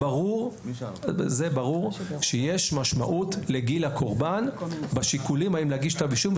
ברור שיש משמעות לגיל הקורבן בשיקולים האם להגיש כתב אישום,